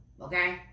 okay